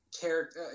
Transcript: character